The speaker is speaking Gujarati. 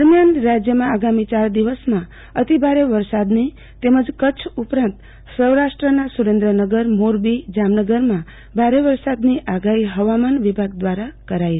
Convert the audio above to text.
દરમ્યાન રાજ્યમાં આગામી ચાર દિવસમાં અતિભારે વરસાદની તેમજ કચ્છ ઉપરાંત સૌરાષ્ટ્રના સુરેન્દ્રનગરમોરબી તેમજ જામનગરમાં ભારે વરસાદની આગાહી હવામાન વિભાગ ક્રારા કરાઈ છે